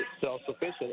self-sufficient